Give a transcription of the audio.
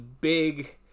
big